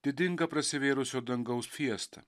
didinga prasivėrusio dangaus fiesta